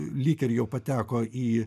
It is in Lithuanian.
lyg ir jau pateko į